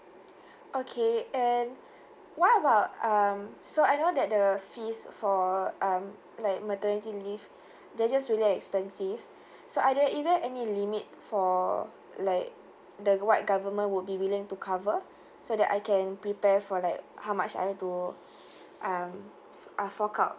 okay and what about um so I know that the fees for um like maternity leave this is really expensive so either either any limit for like the what government would be willing to cover so that I can prepare for like how much I have to um s~ uh fork out